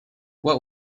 what